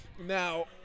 Now